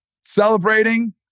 celebrating